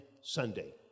Sunday